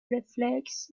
reflects